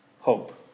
hope